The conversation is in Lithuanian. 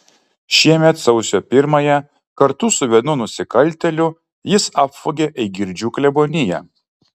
šiemet sausio pirmąją kartu su vienu nusikaltėliu jis apvogė eigirdžių kleboniją